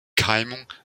keimung